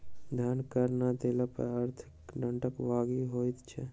धन कर नै देला पर अर्थ दंडक भागी होइत छै